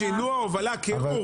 שינוע, הובלה, קירור.